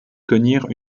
connurent